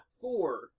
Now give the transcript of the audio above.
Four